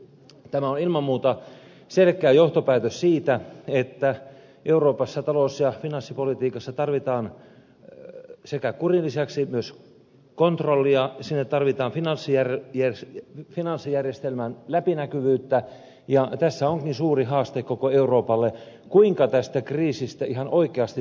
tämä on ilman muuta selkeä johtopäätös siitä että euroopassa talous ja finanssipolitiikassa tarvitaan kurin lisäksi myös kontrollia siinä tarvitaan finanssijärjestelmän läpinäkyvyyttä ja tässä onkin suuri haaste koko euroopalle kuinka tästä kriisistä ihan oikeasti selvitään